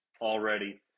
already